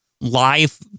live